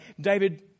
David